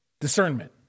Discernment